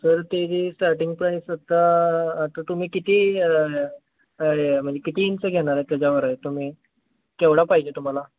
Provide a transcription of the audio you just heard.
sir त्याची starting price आता आता तुम्ही किती म्हणजे किती इंच घेणार आहे त्याच्यावर आहे तुम्ही केवढा पाहिजे तुम्हाला